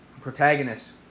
protagonist